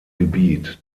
gebiet